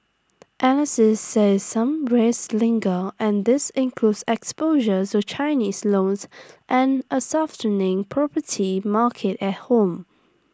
analysts say some risks linger and these includes exposure to Chinese loans and A softening property market at home